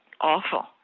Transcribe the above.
awful